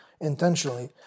intentionally